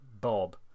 Bob